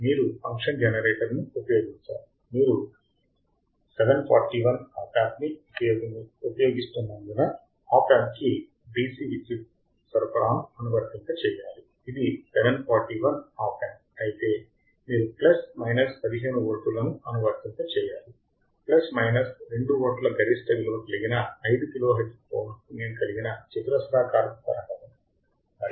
మీరు ఫంక్షన్ జెనరేటర్ను ఉపయోగించాలి మీరు 741 ఆప్ యాంప్ ని ఉపయోగిస్తున్నందున ఆప్ యాంప్ కి డిసి విద్యుత్ సరఫరాను అనువర్తింపచేయాలి ఇది 741 ఆప్ యాంప్ అయితే మీరు ప్లస్ మైనస్ 15 వోల్ట్లను అనువర్తింపచేయాలి ప్లస్ మైనస్ 2 వోల్ట్ల గరిష్ట విలువ కలిగిన 5 కిలోహెర్ట్జ్ పౌనఃపున్యం కలిగిన చతురస్రాకారపు తరంగము